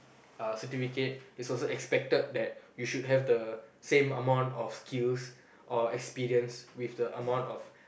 uh certificate it's also expected that you should have the same amount of skills or experience with the amount of